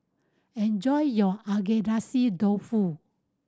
enjoy your Agedashi Dofu